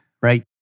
right